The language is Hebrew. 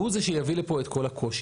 והוא זה שיביא לפה את כל הקושי.